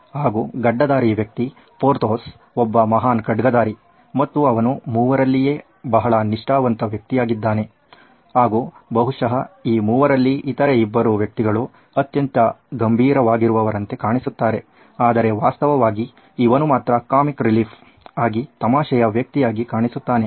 ಹಾಗೂ ಗಡ್ಡಧಾರಿ ವ್ಯಕ್ತಿ ಪೋರ್ಥೋಸ್ ಒಬ್ಬ ಮಹಾನ್ ಖಡ್ಗಧಾರಿ ಮತ್ತು ಅವನು ಮೂವರಲ್ಲಿಯೇ ಬಹಳ ನಿಷ್ಠಾವಂತ ವ್ಯಕ್ತಿಯಾಗಿದ್ದಾನೆ ಹಾಗೂ ಬಹುಶಃ ಈ ಮೂವರಲ್ಲಿ ಇತರೆ ಇಬ್ಬರು ವ್ಯಕ್ತಿಗಳು ಅತ್ಯಂತ ಗಂಭೀರವಾಗಿರುವವರಂತೆ ಕಾಣಿಸುತ್ತಾರೆ ಆದರೆ ವಾಸ್ತವವಾಗಿ ಇವನು ಮಾತ್ರ ಕಾಮಿಕ್ ರಿಲೀಫ್ ಆಗಿ ತಮಾಷೆಯ ವ್ಯಕ್ತಿಯಾಗಿ ಕಾಣಿಸುತ್ತಾನೆ